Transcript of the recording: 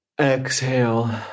Exhale